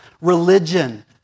religion